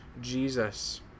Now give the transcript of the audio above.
Jesus